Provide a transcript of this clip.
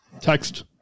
text